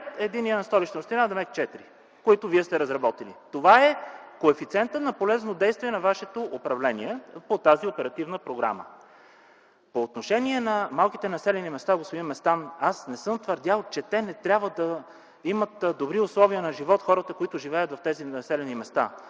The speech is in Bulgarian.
единият на Столична община, тоест 4, които вие сте разработили. Това е коефициентът на полезно действие на вашето управление по тази оперативна програма. По отношение на малките населени места, господин Местан, аз не съм твърдял, че не трябва да имат добри условия на живот хората, които живеят в тези населени места.